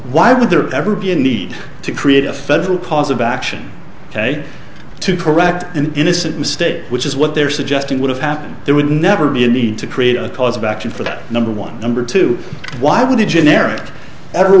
why would there ever be a need to create a federal possible action ok to correct an innocent mistake which is what they're suggesting would have happened there would never be a need to create a cause of action for that number one number two why would the generic